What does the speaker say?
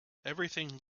everything